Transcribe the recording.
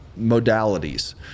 modalities